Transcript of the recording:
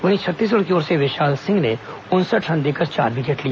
वहीं छत्तीसगढ़ की ओर से विशाल सिंह ने उनसठ रन देकर चार विकेट लिए